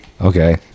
okay